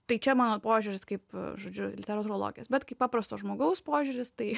tai čia mano požiūris kaip žodžiu literatūrologės bet kai paprasto žmogaus požiūris tai